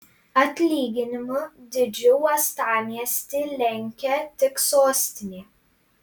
atlyginimų dydžiu uostamiestį lenkia tik sostinė